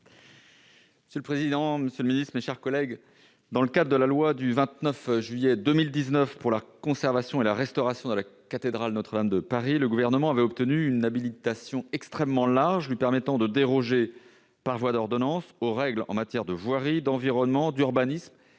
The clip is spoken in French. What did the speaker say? C'est le président, Monsieur le Ministre, mes chers collègues, dans le cas de la loi du 29 juillet 2019 pour la conservation et la restauration de la cathédrale Notre-Dame de Paris, le gouvernement avait obtenu une habilitation extrêmement large lui permettant de déroger, par voie d'ordonnance aux règles en matière de voirie, d'environnement, d'urbanisme